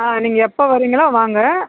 ஆ நீங்கள் எப்போ வர்றீங்களோ வாங்க